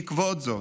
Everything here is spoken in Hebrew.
בעקבות זאת,